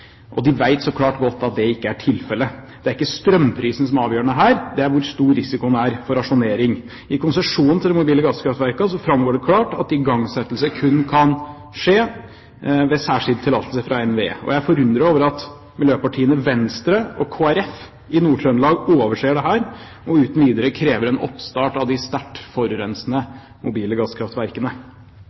så klart godt ikke er tilfellet. Det er ikke strømprisen som er avgjørende her, men hvor stor risikoen er for rasjonering. I konsesjonen til de mobile gasskraftverkene framgår det klart at igangsettelse kun kan skje ved særskilt tillatelse fra NVE. Jeg er forundret over at miljøpartiene Venstre og Kristelig Folkeparti i Nord-Trøndelag overser dette, og uten videre krever en oppstart av de sterkt forurensende mobile gasskraftverkene.